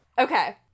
Okay